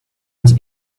his